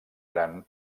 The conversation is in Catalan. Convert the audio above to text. gran